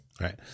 Right